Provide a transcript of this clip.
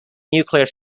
nuclear